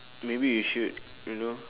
maybe you should you know